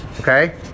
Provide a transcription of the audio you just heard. Okay